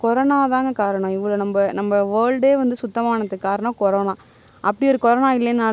கல்வி அறிவு பெற்றிருக்காங்க இப்போ கல்வி அறிவுன்னு பார்க்கும் போது அடிப்படையாக வந்து எதை வச்சு கணக்கு எடுத்துக்குறாங்கன்னா